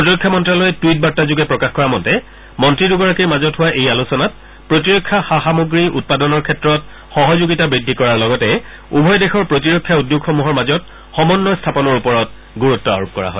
প্ৰতিৰক্ষা মন্তালয়ে টুইট বাৰ্তাযোগে প্ৰকাশ কৰা মতে মন্তী দুগৰাকীৰ মাজত হোৱা এই আলোচনাত প্ৰতিৰক্ষা সা সামগ্ৰী উৎপাদনৰ ক্ষেত্ৰত সহযোগিতা বৃদ্ধি কৰাৰ লগতে উভয় দেশৰ প্ৰতিৰক্ষা উদ্যোগসমূহৰ মাজত সমন্বয় স্থাপনৰ ওপৰত গুৰুত্ব আৰোপ কৰা হয়